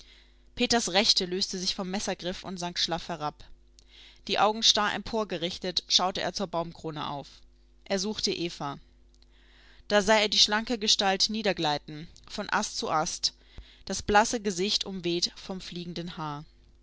peters rechte löste sich vom messergriff und sank schlaff herab die augen starr emporgerichtet schaute er zur baumkrone auf er suchte eva da sah er die schlanke gestalt niedergleiten von ast zu ast das blasse gesicht umweht vom fliegenden haar